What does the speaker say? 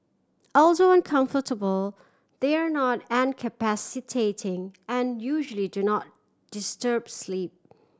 although uncomfortable they are not incapacitating and usually do not disturb sleep